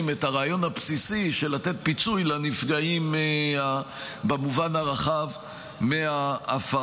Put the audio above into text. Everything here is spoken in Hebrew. את הרעיון הבסיסי של לתת פיצוי לנפגעים במובן הרחב מההפרה.